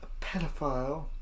pedophile